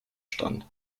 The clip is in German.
stand